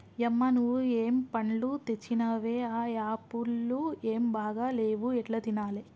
యమ్మ నువ్వు ఏం పండ్లు తెచ్చినవే ఆ యాపుళ్లు ఏం బాగా లేవు ఎట్లా తినాలే